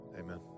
amen